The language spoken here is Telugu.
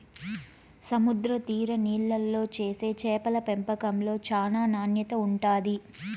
సముద్ర తీర నీళ్ళల్లో చేసే చేపల పెంపకంలో చానా నాణ్యత ఉంటాది